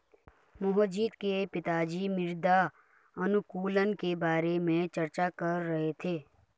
मोहजीत के पिताजी मृदा अनुकूलक के बारे में चर्चा कर रहे थे